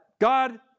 God